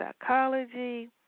psychology